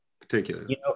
particularly